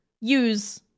use